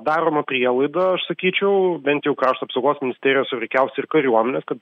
daroma prielaida aš sakyčiau bent jau krašto apsaugos ministerijos o veikiausiai ir kariuomenės kad